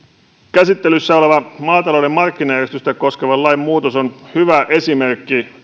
käsittelyssä oleva maatalouden markkinajärjestelyä koskevan lain muutos on hyvä esimerkki